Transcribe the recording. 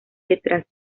detrás